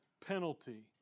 penalty